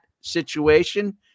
situation